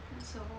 so